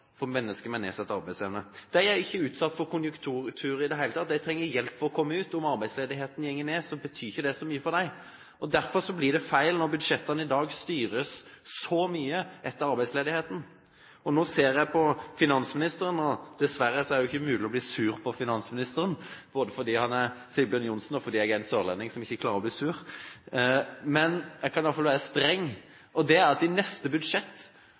for mennesker med nedsatt arbeidsevne. De er ikke utsatt for konjunkturer i det hele tatt, de trenger hjelp for å komme ut. Om arbeidsledigheten går ned, betyr ikke det så mye for dem. Derfor blir det feil når budsjettene i dag styres så mye etter arbeidsledigheten. Nå ser jeg på finansministeren, og dessverre er det ikke mulig å bli sur på finansministeren, både fordi han er Sigbjørn Johnsen, og fordi jeg er en sørlending som ikke klarer å bli sur! Men jeg kan i hvert fall være streng: I neste budsjett må vi ta enda større høyde for at den gruppen mennesker øker. Nav sier selv i